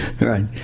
Right